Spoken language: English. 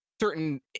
certain